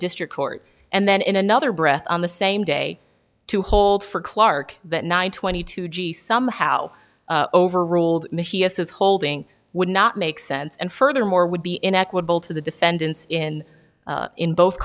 district court and then in another breath on the same day to hold for clark that nine twenty two g somehow overruled his holding would not make sense and furthermore would be inequitable to the defendants in in both